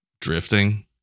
drifting